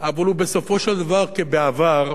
אבל הוא בסופו של דבר, כבעבר,